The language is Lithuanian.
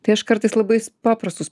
tai aš kartais labai paprastus